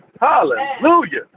Hallelujah